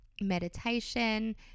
meditation